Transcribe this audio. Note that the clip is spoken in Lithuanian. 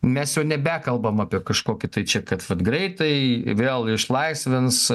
mes jau nebekalbam apie kažkokį tai čia kad va greitai vėl išlaisvins